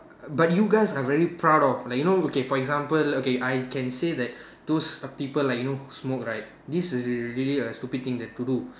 but you guys are very proud of like you know okay for example okay I can say that those uh people who you know smoke right this is really a stupid thing to do